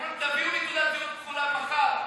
הם אומרים, תביאו לי תעודת זהות כחולה מחר.